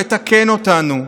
לתקן אותנו.